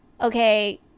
okay